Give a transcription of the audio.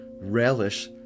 relish